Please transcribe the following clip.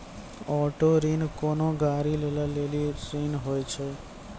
auto ऋण कोनो गाड़ी लै लेली ऋण होय छै